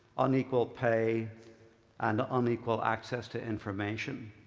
unequal pay and unequal access to information.